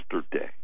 yesterday